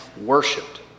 worshipped